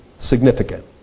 significant